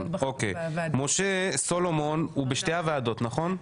אוקי משה סולומון הוא בשתי הוועדות נכון?